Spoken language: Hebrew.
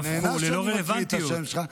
אתה נהנה שאני קורא בשם שלך,